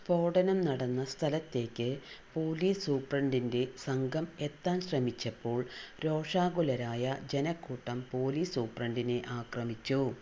സ്ഫോടനം നടന്ന സ്ഥലത്തേക്ക് പോലീസ് സൂപ്രണ്ടിന്റെ സംഘം എത്താൻ ശ്രമിച്ചപ്പോൾ രോഷാകുലരായ ജനക്കൂട്ടം പോലീസ് സൂപ്രണ്ടിനെ ആക്രമിച്ചു